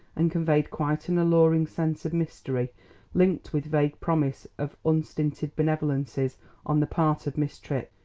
and conveyed quite an alluring sense of mystery linked with vague promise of unstinted benevolences on the part of miss tripp.